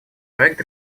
проект